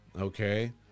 Okay